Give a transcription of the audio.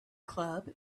club